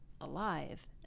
alive